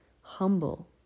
humble